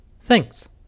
Thanks